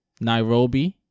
Nairobi